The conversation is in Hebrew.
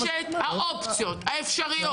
יש את האופציות, האפשרויות שיש לכנסת ישראל.